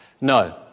No